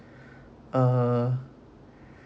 ah